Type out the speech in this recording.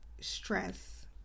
stress